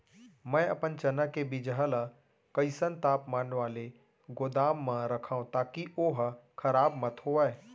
मैं अपन चना के बीजहा ल कइसन तापमान वाले गोदाम म रखव ताकि ओहा खराब मत होवय?